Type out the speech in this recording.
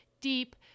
deep